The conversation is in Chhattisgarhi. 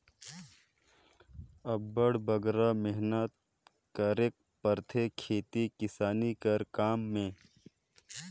अब्बड़ बगरा मेहनत करेक परथे खेती किसानी कर काम में